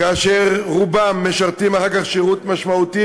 כאשר רובם משרתים אחר כך שירות משמעותי,